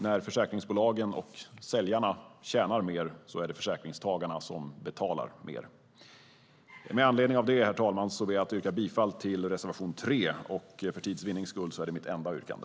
När försäkringsbolagen och säljarna tjänar mer är det försäkringstagarna som betalar mer. Med anledning av detta, herr talman, ber jag att få yrka bifall till reservation 3. För tids vinnande är detta mitt enda yrkande.